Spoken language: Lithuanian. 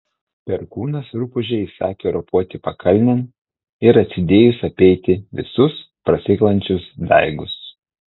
perkūnas rupūžei įsakė ropoti pakalnėn ir atsidėjus apeiti visus prasikalančius daigus